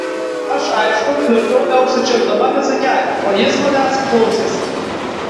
aš aišku pliurpiau neužsičiaupdama visą kelią o jis manęs klausėsi